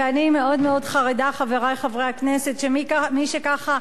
ואני מאוד מאוד חרדה, חברי חברי הכנסת, שמי שכך,